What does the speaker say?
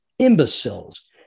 imbeciles